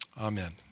Amen